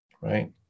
right